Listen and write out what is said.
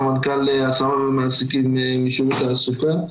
סמנכ"ל השמה משירות תעסוקה.